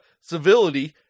civility